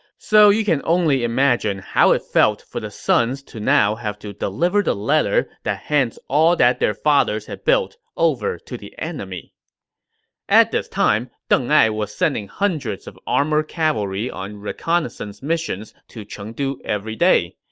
so you can only imagine how it felt for the sons to now have to deliver the letter that hands all that their fathers had built over to the enemy at this time, deng ai was sending hundreds of armored cavalry on reconnaissance missions to chengdu every day.